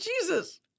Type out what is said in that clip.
Jesus